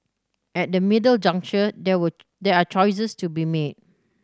at the middle juncture there were there are choices to be made